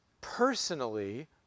personally